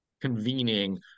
convening